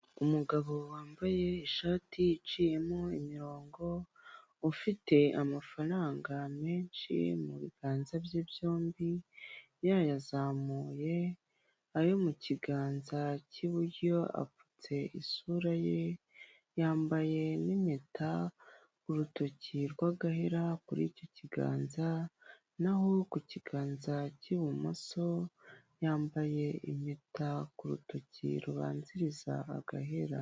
Umugabo wambaye ishati iciyemo imirongo, ufite amafaranga menshi mu biganza bye byombi, yayazamuye, ayo mu kiganza cy'iburyo apfutse isura ye, yambaye n'impeta ku rutoki rw'agahera kuri icyo kiganza, naho ku kiganza cy'ibumoso yambaye impeta ku rutoki rubanziriza agahera.